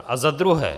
A za druhé.